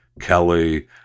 Kelly